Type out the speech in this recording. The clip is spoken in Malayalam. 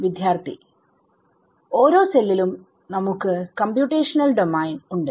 വിദ്യാർത്ഥി ഓരോ സെല്ലിലും നമുക്ക് കമ്പ്യൂട്ടേഷണൽ ഡോമയിൻ ഉണ്ട്